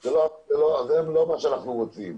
זה לא מה שאנחנו רוצים.